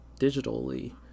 digitally